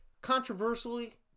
controversially